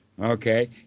Okay